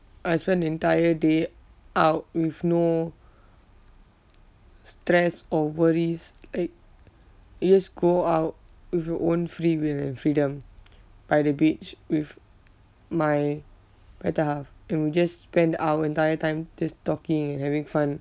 I spend the entire day out with no stress or worries like you just go out with your own free will and freedom by the beach with my better half and we just spend our entire time just talking and having fun